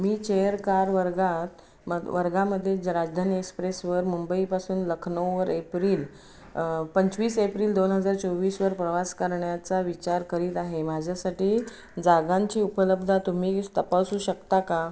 मी chair car वर्गात म वर्गामध्ये ज राजधानी एक्सप्रेसवर मुंबईपासून लखनऊवर एप्रिल पंचवीस एप्रिल दोन हजार चोवीसवर प्रवास करण्याचा विचार करीत आहे माझ्यासाठी जागांची उपलब्ध तुम्ही तपासू शकता का